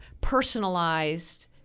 personalized